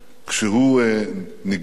כשהוא נגדע,